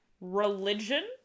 religion